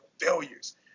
failures